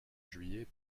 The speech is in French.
juillet